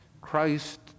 Christ